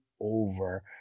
over